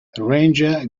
ranger